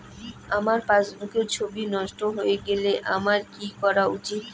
আমার পাসবুকের ছবি নষ্ট হয়ে গেলে আমার কী করা উচিৎ?